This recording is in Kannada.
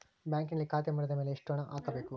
ಬ್ಯಾಂಕಿನಲ್ಲಿ ಖಾತೆ ಮಾಡಿದ ಮೇಲೆ ಎಷ್ಟು ಹಣ ಹಾಕಬೇಕು?